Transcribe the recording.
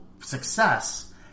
success